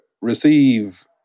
receive